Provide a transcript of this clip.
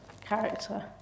character